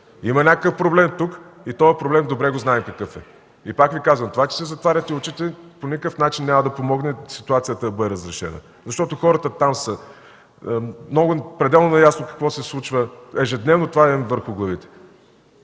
има някакъв проблем, и този проблем добре го знаем какъв е. Пак Ви казвам, това че си затваряте очите, по никакъв начин няма да помогне ситуацията да бъде разрешена, защото на хората там е пределно ясно какво се случва, ежедневно това е върху главите